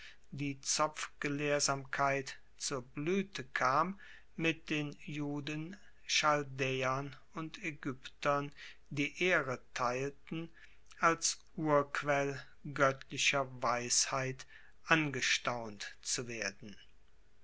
die zopfgelehrsamkeit zur bluete kam mit den juden chaldaeern und aegyptern die ehre teilten als urquell goettlicher weisheit angestaunt zu werden